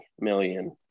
million